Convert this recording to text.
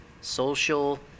social